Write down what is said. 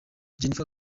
jennifer